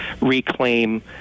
reclaim